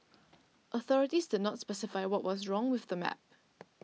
authorities did not specify what was wrong with the map